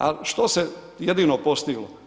Ali što se jedino postiglo?